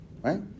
right